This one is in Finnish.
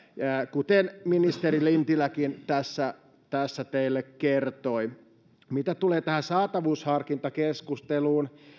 kuten ministeri lintiläkin tässä tässä teille kertoi mitä tulee tähän saatavuusharkintakeskusteluun